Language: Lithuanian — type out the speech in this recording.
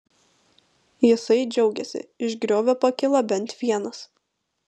jisai džiaugėsi iš griovio pakilo bent vienas